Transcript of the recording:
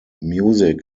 music